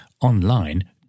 online